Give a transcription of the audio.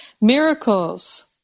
Miracles